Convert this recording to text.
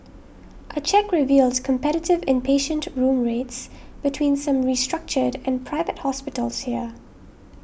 a check revealed competitive inpatient room rates between some restructured and Private Hospitals here